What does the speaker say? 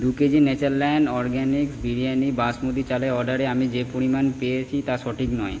দু kg Natureland Organics biryani basmati চালের অর্ডারে আমি যে পরিমাণ পেয়েছি তা সঠিক নয়